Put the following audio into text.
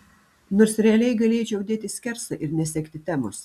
nors realiai galėčiau dėti skersą ir nesekti temos